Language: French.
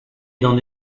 dans